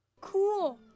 Cool